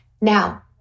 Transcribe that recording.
Now